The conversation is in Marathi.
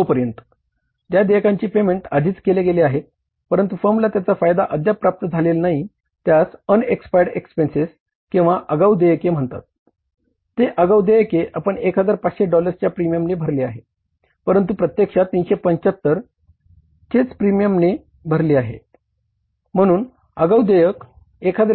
तो पर्यंत ज्या देयकांची पेमेंट आधीच केले गेले आहे परंतु फर्म ला त्याचा फायदा अद्याप प्राप्त झालेला नाहीये त्यास अनएक्सपायर्ड